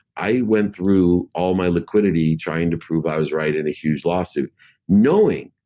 i went through all my liquidity trying to prove i was right in a huge lawsuit knowing,